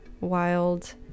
wild